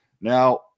Now